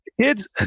Kids